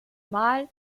mal